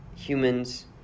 Humans